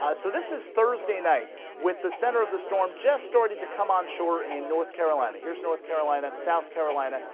ah so this is thursday night with the center of the storm just starting to come onshore in north carolina. here's north carolina, south carolina,